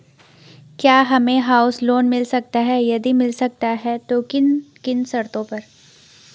क्या हमें house loan मिल सकता है यदि मिल सकता है तो किन किन शर्तों पर?